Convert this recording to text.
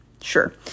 sure